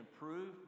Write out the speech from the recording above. improve